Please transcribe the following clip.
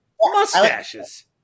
mustaches